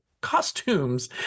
costumes